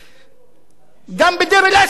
גם בדיר-אל-אסד גרים בלי מעקות,